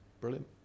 brilliant